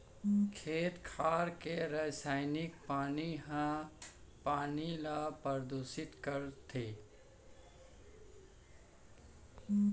खेत खार के रसइनिक पानी ह पानी ल परदूसित कर देथे